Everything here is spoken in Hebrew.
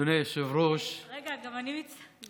אדוני היושב-ראש, רגע, גם אני מצטרפת.